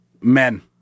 Men